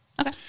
Okay